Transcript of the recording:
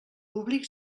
públic